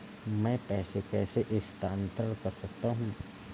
मैं पैसे कैसे स्थानांतरण कर सकता हूँ?